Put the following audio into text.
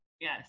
Yes